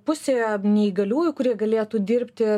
pusė neįgaliųjų kurie galėtų dirbti